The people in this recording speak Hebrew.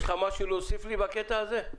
יש לך משהו להוסיף לי בקטע הזה?